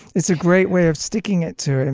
it's a great way of sticking it to him.